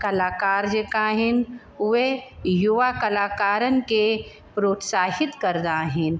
कलाकार जेका आहिनि उहे युवा कलाकारनि खे प्रोत्साहित कंदा आहिनि